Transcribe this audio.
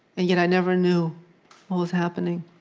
and yet, i never knew what was happening.